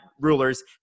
rulers